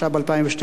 קריאה ראשונה.